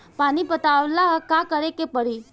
पानी पटावेला का करे के परी?